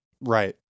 Right